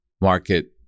market